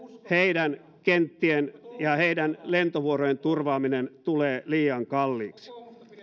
heidän kenttiensä ja heidän lentovuorojensa turvaaminen tulee liian kalliiksi